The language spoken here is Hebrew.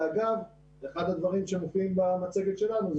ואגב, אחד הדברים שמופיעים במצגת שלנו זה